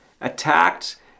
attacked